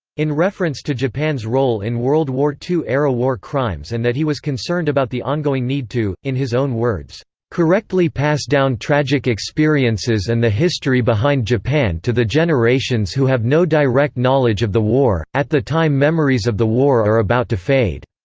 in reference to japan's role in world war ii-era war crimes and that he was concerned about the ongoing need to, in his own words correctly pass down tragic experiences and the history behind japan to the generations who have no direct knowledge of the war, at the time memories of the war are about to fade.